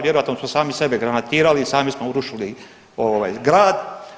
Vjerojatno su sami sebe granatirali, sami smo urušili grad.